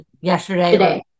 yesterday